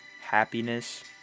Happiness